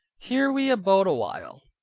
here we abode a while.